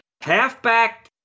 Halfback